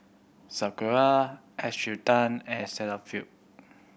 Sakura Encik Tan and Cetaphil